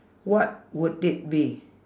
what would it be